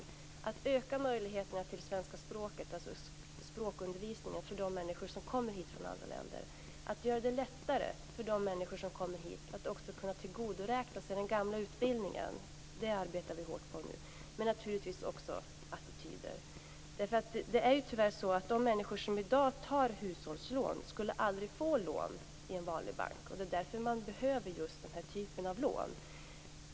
Vi måste öka undervisningen i svenska språket för de människor som kommer hit från andra länder. Det måste bli lättare för dessa människor att kunna tillgodoräkna sig sin gamla utbildning. Detta arbetar vi hårt med just nu, men det gäller naturligtvis också attityder. De människor som i dag tar hushållslån skulle aldrig få lån i en vanlig bank. Det är därför som den typen av lån behövs.